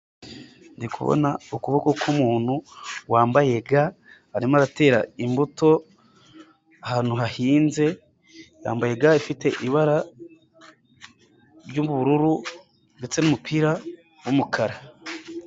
Ndi kubona ukuboko k'umuntu wambaye ga arimo aratera imbuto ahantu hahinze yambaye ga ifite ibara ry'ubururu ndetse n'umupira w'umukara.